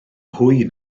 hwy